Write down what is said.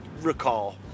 recall